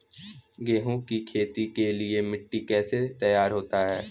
गेहूँ की खेती के लिए मिट्टी कैसे तैयार होती है?